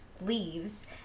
leaves